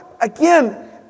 Again